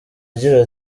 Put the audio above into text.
agira